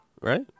right